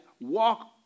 walk